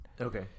Okay